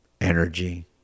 energy